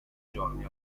giorni